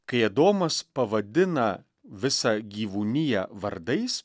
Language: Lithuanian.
kai adomas pavadina visą gyvūniją vardais